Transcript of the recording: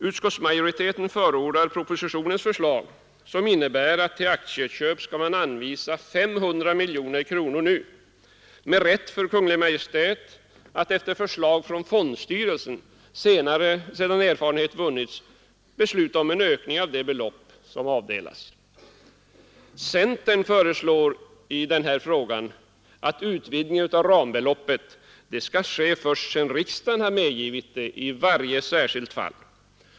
Utskottsmajoriteten förordar propositionens förslag som innebär att till aktieköp skall anvisas 500 miljoner kronor nu, med rätt för Kungl. Maj:t att efter förslag från fondstyrelsen, sedan ökad erfarenhet vunnits, besluta om ökning av det belopp som avdelats. Centern föreslår i denna fråga att utvidgning av rambeloppet får ske först efter riksdagens medgivande i varje särskilt fall.